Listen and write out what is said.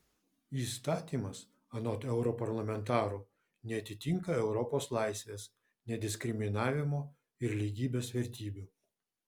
įstatymas anot europarlamentarų neatitinka europos laisvės nediskriminavimo ir lygybės vertybių